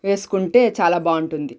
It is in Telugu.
వేసుకుంటే చాలా బాగుంటుంది